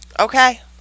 Okay